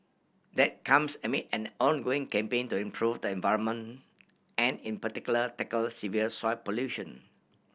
that comes amid an ongoing campaign to improve the environment and in particular tackle severe soil pollution